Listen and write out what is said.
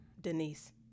Denise